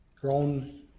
grown